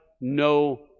no